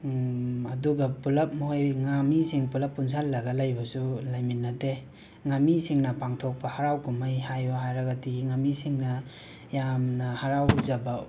ꯑꯗꯨꯒ ꯄꯨꯜꯂꯞ ꯃꯣꯏ ꯉꯥꯃꯤꯁꯤꯡ ꯄꯨꯜꯂꯞ ꯄꯨꯟꯁꯤꯜꯂꯒ ꯂꯩꯕꯁꯨ ꯂꯩꯃꯤꯟꯅꯗꯦ ꯉꯥꯃꯤꯁꯤꯡꯅ ꯄꯥꯡꯊꯣꯛꯄ ꯍꯔꯥꯎ ꯀꯨꯝꯍꯩ ꯍꯥꯏꯌꯣ ꯍꯥꯏꯔꯒꯗꯤ ꯉꯥꯃꯤꯁꯤꯡꯅ ꯌꯥꯝꯅ ꯍꯔꯥꯎꯖꯕ